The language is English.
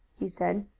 he said.